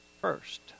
First